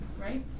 right